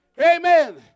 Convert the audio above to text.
Amen